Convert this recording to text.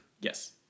Yes